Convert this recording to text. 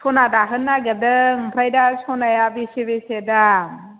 सना दाहोनो नागिरदों ओमफ्राय दा सनाया बेसे बेसे दाम